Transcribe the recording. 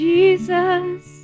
Jesus